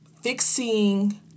fixing